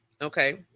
Okay